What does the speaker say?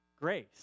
grace